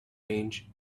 range